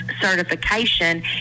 certification